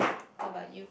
what about you